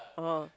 oh